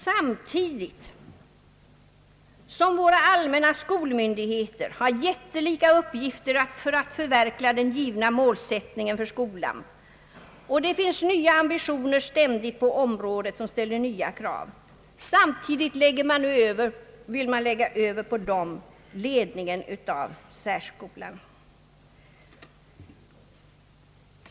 Samtidigt som våra allmänna skolmyndigheter har jättelika uppgifter när det gäller att förverkliga den givna målsättningen för skolan och nya ambitioner ständigt ställer nya krav vill man lägga över på dem ledningen av särskolan.